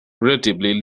relatively